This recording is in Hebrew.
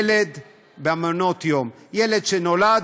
ילד במעון יום, ילד שנולד,